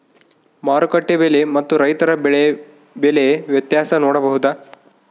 ಮಾರುಕಟ್ಟೆ ಬೆಲೆ ಮತ್ತು ರೈತರ ಬೆಳೆ ಬೆಲೆ ವ್ಯತ್ಯಾಸ ನೋಡಬಹುದಾ?